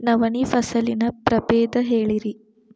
ನವಣಿ ಫಸಲಿನ ಪ್ರಭೇದ ಹೇಳಿರಿ